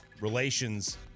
relations